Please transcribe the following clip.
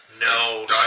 No